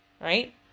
right